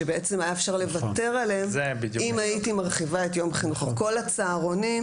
שבעצם באות גם הן לתת את אותו מענה בשעות האלו.